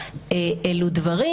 אלו דברים